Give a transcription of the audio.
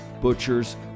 butchers